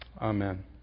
Amen